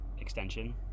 extension